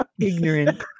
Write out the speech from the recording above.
ignorant